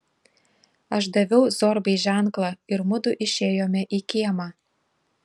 aš daviau zorbai ženklą ir mudu išėjome į kiemą